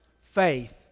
Faith